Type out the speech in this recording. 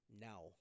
now